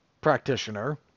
practitioner